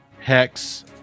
Hex